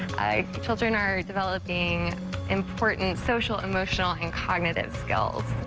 children are developing important social, emotional and cognitive skills.